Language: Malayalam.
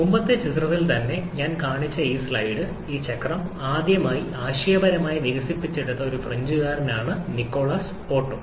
മുമ്പത്തെ ചിത്രത്തിൽ തന്നെ ഞാൻ കാണിച്ച ഈ സ്ലൈഡ് ഈ ചക്രം ആദ്യമായി ആശയപരമായി വികസിപ്പിച്ചെടുത്ത ഒരു ഫ്രഞ്ചുകാരനാണ് നിക്കോളാസ് ഓട്ടോ